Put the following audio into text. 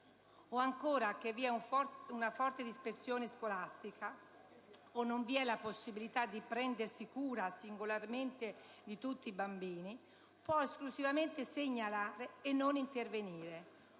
o, ancora, che vi è una forte dispersione scolastica e non vi è la possibilità di prendersi cura singolarmente di tutti bambini, può esclusivamente segnalare e non intervenire.